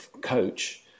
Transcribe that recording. coach